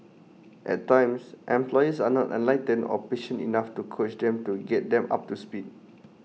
at times employers are not enlightened or patient enough to coach them to get them up to speed